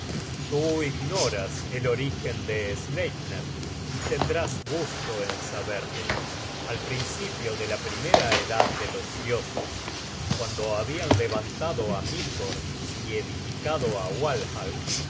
tú ignoras el orígen de sleipner y tendrás gusto en saberle al principio de la primera edad de los dioses cuando habian levantado á midgord y edificado á walhall